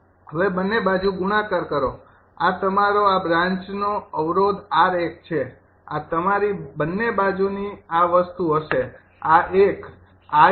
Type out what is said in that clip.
હવે બંને બાજુ ગુણાકાર કરો આ તમારો આ બ્રાન્ચનો અવરોધ 𝑟૧ છે આ તમારી બંને બાજુની આ વસ્તુ હશે આ એક